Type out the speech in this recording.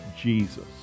Jesus